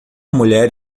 mulher